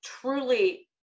truly